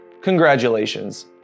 congratulations